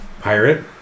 pirate